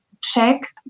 check